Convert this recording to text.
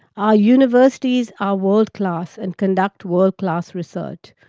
our universities are world class, and conduct world class research.